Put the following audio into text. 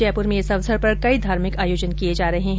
जयपुर में इस अवसर पर कई धार्मिक आयोजन किये जा रहे है